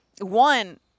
One